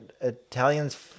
Italians